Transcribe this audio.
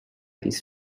this